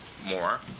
more